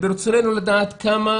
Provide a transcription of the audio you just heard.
ברצוננו לדעת כמה